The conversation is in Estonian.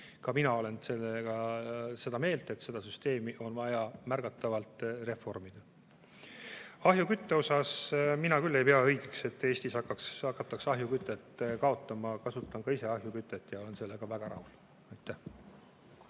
Ka mina olen seda meelt, et süsteemi on vaja märgatavalt reformida. Ahjukütte kohta. Mina küll ei pea õigeks, et Eestis hakataks ahjukütet kaotama. Kasutan ka ise ahjukütet ja olen sellega väga rahul.